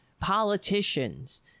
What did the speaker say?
politicians